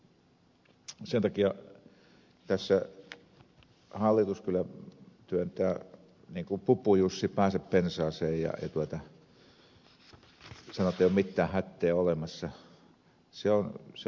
sen takia tässä hallitus kyllä työntää niin kuin pupujussi päänsä pensaaseen ja sanoo ettei ole mittee hättee olemassa